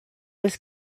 was